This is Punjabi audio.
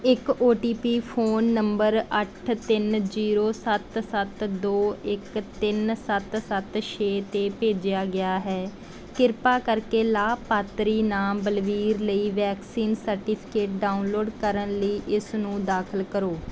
ਇੱਕ O T P phone number ਅੱਠ ਤਿੰਨ ਜ਼ੀਰੋ ਸੱਤ ਸੱਤ ਦੋ ਇੱਕ ਤਿੰਨ ਸੱਤ ਸੱਤ ਛੇ 'ਤੇ ਭੇਜਿਆ ਗਿਆ ਹੈ ਕਿਰਪਾ ਕਰਕੇ ਲਾਭਪਾਤਰੀ ਨਾਮ ਬਲਬੀਰ ਲਈ ਵੈਕਸੀਨ ਸਰਟੀਫਿਕੇਟ ਡਾਊਨਲੋਡ ਕਰਨ ਲਈ ਇਸਨੂੰ ਦਾਖਲ ਕਰੋ